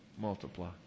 multiply